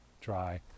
dry